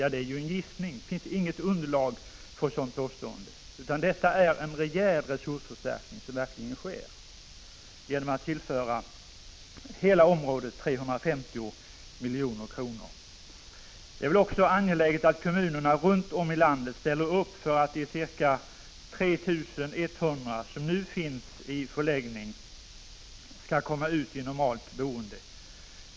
Ja, det är en gissning — det finns inget underlag för ett sådan påstående. Det sker en rejäl resursförstärkning genom att man tillför hela området 350 milj.kr. Angeläget är också att kommunerna runt om i landet ställer upp för att de ca 3 100 personer som nu vistas i förläggning skall komma ut i normalt boende.